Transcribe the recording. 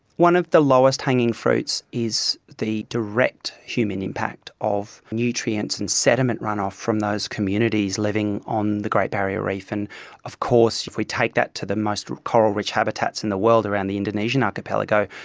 one of the lowest hanging fruits is the direct human impact of nutrients and sediment run-off from those communities living on the great barrier reef. and of course if we take that to the most coral rich habitats in the world, around the indonesian archipelago,